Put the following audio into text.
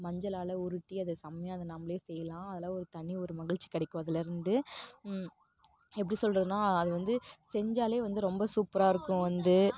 மஞ்சளால் உருட்டி அதை செம்மையா அதை நம்மளே செய்யலாம் அதெல்லாம் ஒரு தனி ஒரு மகிழ்ச்சி கிடைக்கும் அதிலிருந்து எப்படி சொல்கிறதுன்னா அது வந்து செஞ்சாலே வந்து ரொம்ப சூப்பராக இருக்கும் வந்து